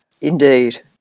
Indeed